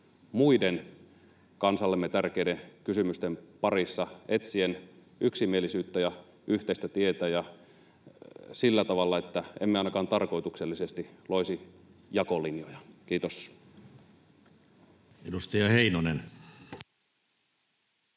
muiden kansallemme tärkeiden kysymysten parissa etsien yksimielisyyttä ja yhteistä tietä sillä tavalla, että emme ainakaan tarkoituksellisesti loisi jakolinjoja. — Kiitos. [Speech